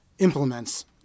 implements